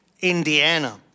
Indiana